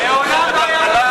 הכול טוב.